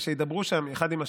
שידברו שם אחד עם השני.